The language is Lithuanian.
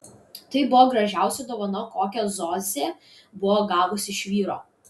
tai buvo gražiausia dovana kokią zosė buvo gavusi iš vyro